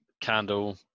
Candle